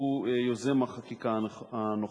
שהוא יוזם החקיקה הנוכחית.